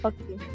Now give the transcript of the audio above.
Okay